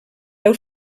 deu